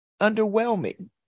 underwhelming